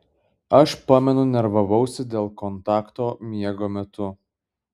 aš pamenu nervavausi dėl kontakto miego metu